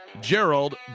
Gerald